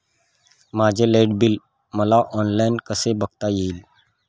माझे light bill मला online कसे बघता येईल?